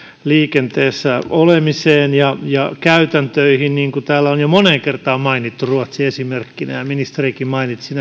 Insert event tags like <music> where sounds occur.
liikenteessä olemiseen ja ja käytäntöihin täällä on jo moneen kertaan mainittu ruotsi esimerkkinä ja ministerikin mainitsi <unintelligible>